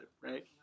right